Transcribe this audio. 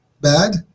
bad